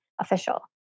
official